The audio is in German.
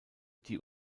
die